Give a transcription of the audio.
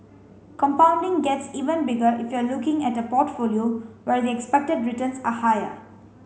compounding gets even bigger if you're looking at a portfolio where the expected returns are higher